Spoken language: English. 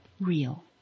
real